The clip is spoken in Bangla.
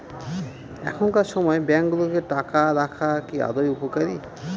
এখনকার সময় ব্যাঙ্কগুলোতে টাকা রাখা কি আদৌ উপকারী?